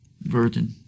Virgin